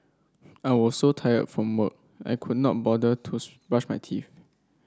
I was so tired from work I could not bother to brush my teeth